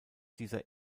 dieser